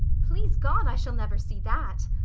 please god i shall never see that.